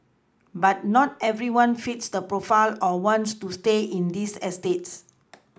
but not everyone fits the profile or wants to stay in these eStates